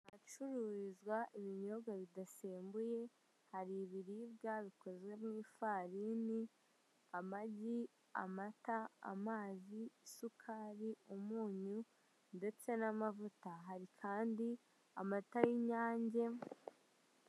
Hacururizwa ibinyobwa bidasembuye, hari ibiribwa bikozwe mu ifarini amagi, amata, amazi, isukari, umunyu, ndetse n'amavuta hari kandi amata y'inyange.